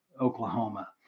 Oklahoma